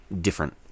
different